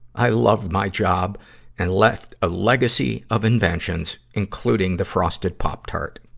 i loved my job and left a legacy of inventions, including the frosted pop tart.